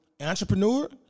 entrepreneur